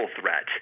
threat